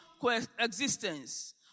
coexistence